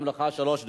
גם לך שלוש דקות.